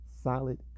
solid